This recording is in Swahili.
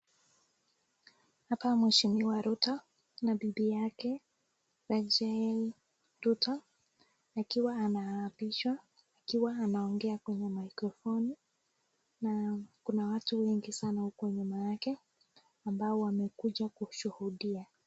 Hapa Mheshimiwa Ruto na bibi yake Rachel Ruto akiwa ana apishwa, akiwa anaongea kwenye microphone na kuna watu wengi sana huko nyuma yake ambao wamekuja kushuhudia.